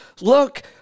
Look